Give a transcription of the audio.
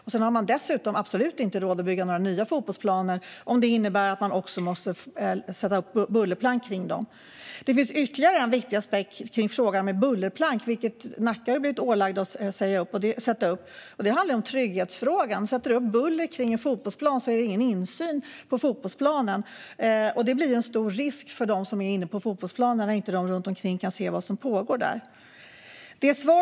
Dessutom har man absolut inte råd att bygga några nya fotbollsplaner om det innebär att man måste sätta upp bullerplank kring dem. Det finns ytterligare en viktig aspekt på bullerplank, vilket man i Nacka har blivit ålagda att sätta upp, och det handlar om trygghetsfrågan. Om man sätter upp bullerplank kring en fotbollsplan blir det ju ingen insyn på fotbollsplanen. Det blir en stor risk för dem som är inne på fotbollsplanen när ingen runtomkring kan se vad som pågår där.